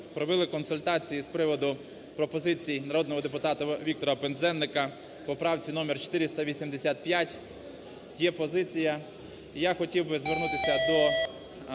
робили консультації з приводу пропозицій народного депутата Віктора Пинзеника по правці № 485, є позиція. Я хотів би звернутися до